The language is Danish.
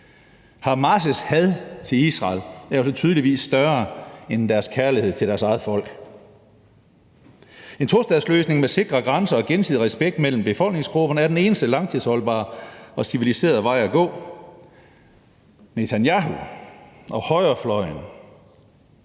Hamas' had til Israel er tydeligvis større end deres kærlighed til deres eget folk. En tostatsløsning med sikre grænser og gensidig respekt mellem befolkningsgrupperne er den eneste langtidsholdbare og civiliserede vej at gå. Netanyahu og højrefløjen